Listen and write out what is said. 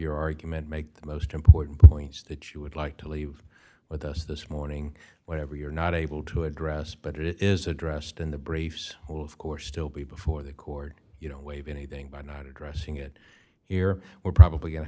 your argument make the most important points that you would like to leave with us this morning whenever you're not able to address but it is addressed in the briefs will of course still be before the court you don't waive anything by not addressing it here we're probably going to